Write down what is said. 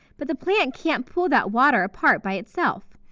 but, the plant can't pull that water apart by itself.